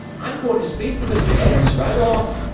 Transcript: i'm goin' to speak to mr. ed'ards right off.